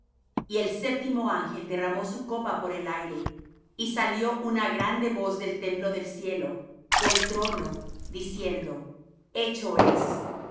y el séptimo ángel derramó su copa por el aire y salió una grande voz del templo del cielo del trono diciendo hecho es entonces